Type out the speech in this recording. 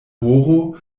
horo